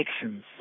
actions